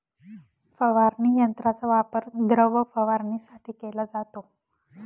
फवारणी यंत्राचा वापर द्रव फवारणीसाठी केला जातो